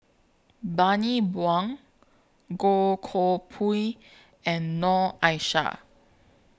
Bani Buang Goh Koh Pui and Noor Aishah